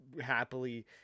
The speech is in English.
happily